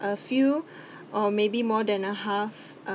a few or maybe more than a half uh